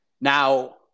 Now